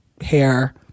hair